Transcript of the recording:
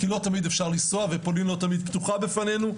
כי לא תמיד אפשר לנסוע ופולין לא תמיד פתוחה בפנינו,